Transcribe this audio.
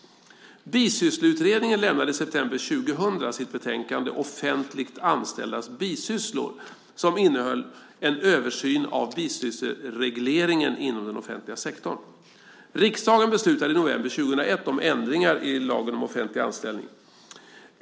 Bisyssleutredningen lämnade i september 2000 sitt betänkande Offentligt anställdas bisysslor som innehöll en översyn av bisyssleregleringen inom den offentliga sektorn. Riksdagen beslutade i november 2001 om ändringar i lagen om offentlig anställning.